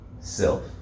self